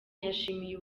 yashimiye